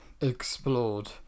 Explored